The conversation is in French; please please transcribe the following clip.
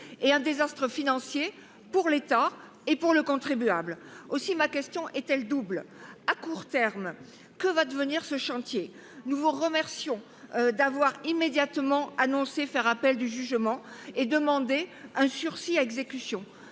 et un désastre financier pour l’État et le contribuable. À court terme, que va devenir ce chantier ? Nous vous remercions d’avoir immédiatement annoncé faire appel du jugement et demandé un sursis à exécution,